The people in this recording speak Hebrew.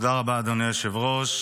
תודה רבה, אדוני היושב-ראש.